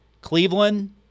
Cleveland